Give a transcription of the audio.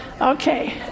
Okay